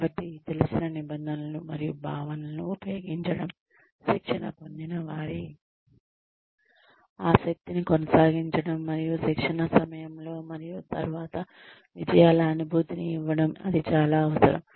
కాబట్టి తెలిసిన నిబంధనలు మరియు భావనలను ఉపయోగించడం శిక్షణ పొందినవారి ఆసక్తిని కొనసాగించడం మరియు శిక్షణ సమయంలో మరియు తరువాత విజయాల అనుభూతిని ఇవ్వడం అది చాలా అవసరం